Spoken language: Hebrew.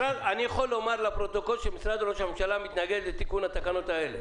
אני יכול לומר לפרוטוקול שמשרד ראש הממשלה מתנגד לתיקון התקנות האלה.